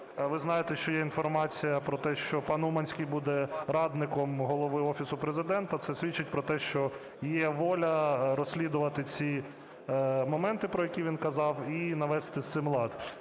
ви знаєте, що є інформація про те, що пан Уманський буде радником Голови Офісу Президента. Це свідчить про те, що є воля розслідувати ці моменти, про які він казав, і навести з цим лад.